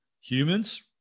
humans